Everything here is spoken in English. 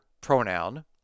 pronoun